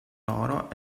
loro